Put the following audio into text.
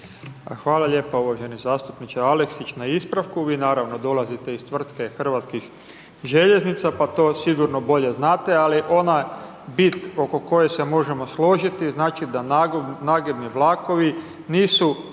Hvala lijepa uvaženi zastupniče Aleksić na ispravku, vi naravno dolazite iz tvrtke Hrvatskih željeznica pa to sigurno bolje znate ali ona bit oko koje se možemo složiti, znači da nagibni vlakovi nisu